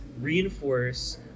reinforce